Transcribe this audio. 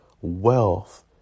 wealth